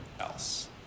else